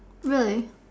really